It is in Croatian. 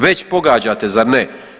Već pogađate zar ne?